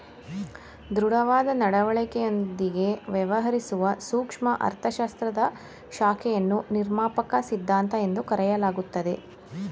ದೃಢವಾದ ನಡವಳಿಕೆಯೊಂದಿಗೆ ವ್ಯವಹರಿಸುವ ಸೂಕ್ಷ್ಮ ಅರ್ಥಶಾಸ್ತ್ರದ ಶಾಖೆಯನ್ನು ನಿರ್ಮಾಪಕ ಸಿದ್ಧಾಂತ ಎಂದು ಕರೆಯಲಾಗುತ್ತದೆ